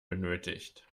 benötigt